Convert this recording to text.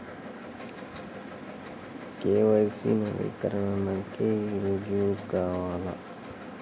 KYC నవీకరణకి రుజువు కావాలా?